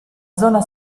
zona